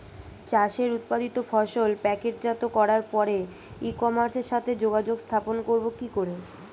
চাষের উৎপাদিত ফসল প্যাকেটজাত করার পরে ই কমার্সের সাথে যোগাযোগ স্থাপন করব কি করে?